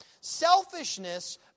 Selfishness